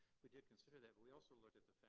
we did consider that. but we also looked at the